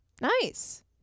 Nice